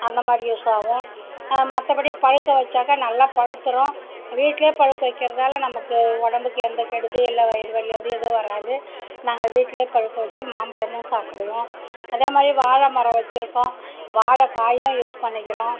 அந்தமாதிரி யூஸ் ஆவும் மற்றபடி பழுக்க வச்சாக்கா நல்லா பழுத்துரும் வீட்டிலயே பழுக்க வைக்கிறதால் நமக்கு உடம்புக்கு எந்த கெடுதல் இல்லை வயிறு வலி எதுவும் வராது நாங்கள் வீட்டுலயே பழுக்க வச்சு மாம்பழமும் சாப்பிடுவோம் அதேமாதிரி வாழைமரம் வச்சியிருக்கோம் வாழைக்காயும் யூஸ் பண்ணிக்கிறோம்